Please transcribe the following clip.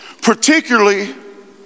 particularly